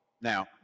Now